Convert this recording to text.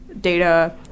data